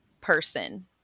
person